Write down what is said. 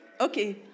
Okay